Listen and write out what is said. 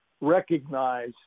recognize